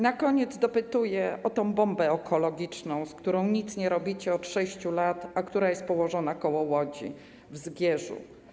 Na koniec chcę dopytać o tę bombę ekologiczną, z którą nic nie robicie od 6 lat, a która jest położona koło Łodzi, w Zgierzu.